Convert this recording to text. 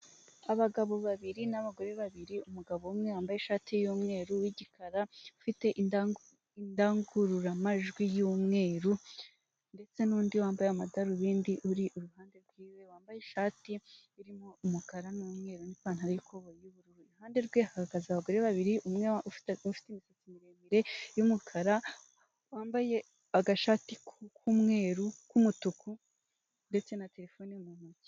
Abagabo babiri n'abagore babiri umugabo umwe wambaye ishati y'umweru w'igikara ufite indangururamajwi y'umweru ndetse n'undi wambaye amadarubindi uri iruhande rw'iwe wambaye ishati irimo umukara n'umweru n'ipantaro y'ikoboyi y'ubururu, iruhande rwe ahagaze abagore babiri umwe ufite imisatsi miremire y'umukara wambaye agashati k'umweru k'umutuku ndetse na terefone mu ntoki.